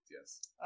Yes